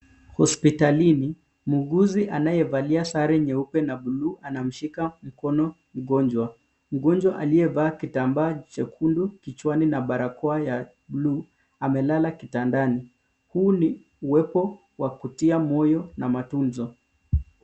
Hospitalini, muuguzi anayevalia sare nyeupe na buluu anamshika mkono mgonjwa. Mgonjwa aliyevaa kitambaa chekundu kichwani na barakoa ya bluu amelala kitandani. Huu ni uwepo wa kutia moyo na matunzo.